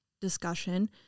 discussion